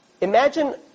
Imagine